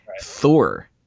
Thor